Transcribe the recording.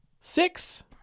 Six